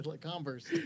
Converse